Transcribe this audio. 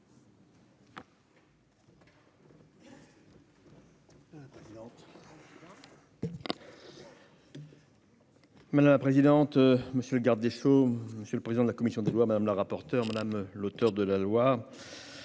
Madame la présidente, monsieur le garde des Sceaux, monsieur le président de la commission des lois, madame la rapporteure madame l'auteur de la loi